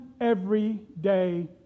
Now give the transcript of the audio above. everyday